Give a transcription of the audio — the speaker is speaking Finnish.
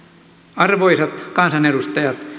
arvoisat kansanedustajat